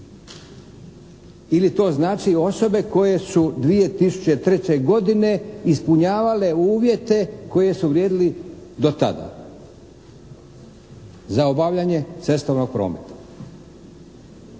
ili to znače osobe koje su 2003. godine ispunjavale uvjete koje su vrijedili do tada za obavljanje cestovnog prometa?